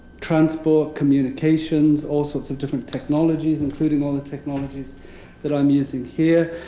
transport, communications, all sorts of different technologies, including all the technologies that i'm using here.